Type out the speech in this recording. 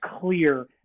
clear